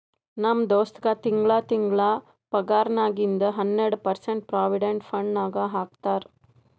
ನಮ್ ದೋಸ್ತಗ್ ತಿಂಗಳಾ ತಿಂಗಳಾ ಪಗಾರ್ನಾಗಿಂದ್ ಹನ್ನೆರ್ಡ ಪರ್ಸೆಂಟ್ ಪ್ರೊವಿಡೆಂಟ್ ಫಂಡ್ ನಾಗ್ ಹಾಕ್ತಾರ್